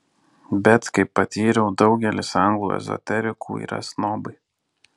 bet kaip patyriau daugelis anglų ezoterikų yra snobai